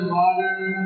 modern